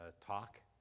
Talk